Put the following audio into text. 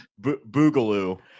Boogaloo